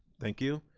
thank you.